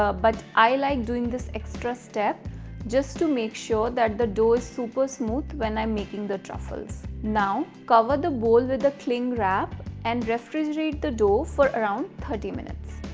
ah but i like doing this extra step just to make sure that the doughs super smooth when i'm making the truffles. now, cover the bowl with the cling wrap and refrigerate the dough for around thirty minutes.